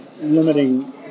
limiting